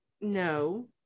No